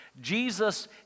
Jesus